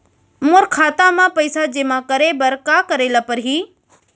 मोर खाता म पइसा जेमा करे बर का करे ल पड़ही?